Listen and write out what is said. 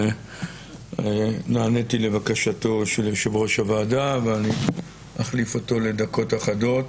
אבל נעניתי לבקשתו של יושב ראש הוועדה ואני אחליף אותו לדקות אחרות.